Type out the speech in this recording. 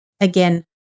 Again